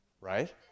right